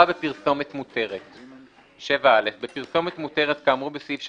בפרסומת מותרת 7. (א)בפרסומת מותרת כאמור בסעיף 3(ב)(1)